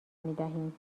میدهیم